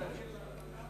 יותר מאשר שוויון.